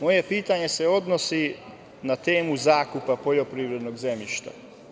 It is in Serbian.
Moje pitanje se odnosi na temu zakupa poljoprivrednog zemljišta.